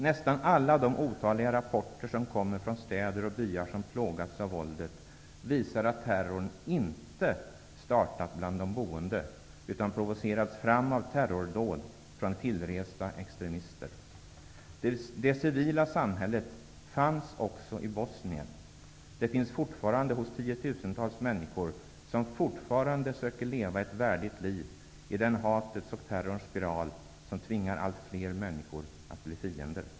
Nästan alla de otaliga rapporter som kommer från städer och byar som plågats av våldet, visar att terrorn inte startat bland de boende utan provocerats fram av terrordåd från tillresta extremister. Det civila samhället fanns också i Bosnien, och det finns fortfarande hos tiotusentals människor, som fortfarande söker leva ett värdigt liv i den hatets och terrorns spiral som tvingar allt fler människor att bli fiender.